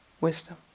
wisdom